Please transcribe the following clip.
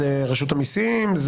של רשות המיסים?